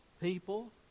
people